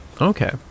okay